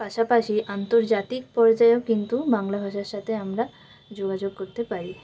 পাশাপাশি আন্তর্জাতিক পর্যায়েও কিন্তু বাংলা ভাষার সাথে আমরা যোগাযোগ করতে পারি